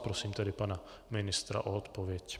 Prosím tedy pana ministra o odpověď.